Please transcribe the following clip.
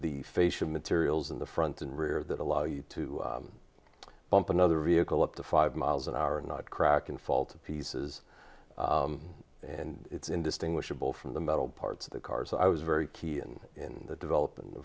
the facial materials in the front and rear that allow you to bump another vehicle up to five miles an hour not crack and fall to pieces and it's indistinguishable from the metal parts of the cars i was very key and in the develop